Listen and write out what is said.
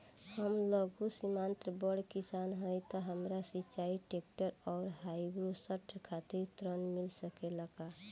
हम लघु सीमांत बड़ किसान हईं त हमरा सिंचाई ट्रेक्टर और हार्वेस्टर खातिर ऋण मिल सकेला का?